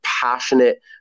passionate